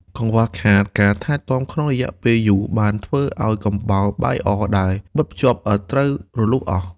កង្វះខាតការថែទាំក្នុងរយៈពេលយូរ បានធ្វើឱ្យកំបោរបាយអដែលបិទភ្ជាប់ឥដ្ឋត្រូវរលុះអស់។